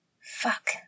Fuck